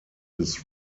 his